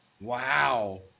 Wow